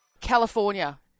California